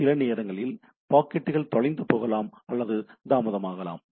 சில நேரங்களில் பாக்கெட்டுகள் தொலைந்து போகலாம் அல்லது தாமதமாகலாம்